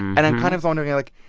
and i'm kind of wondering, like,